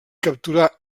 capturar